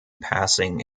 passing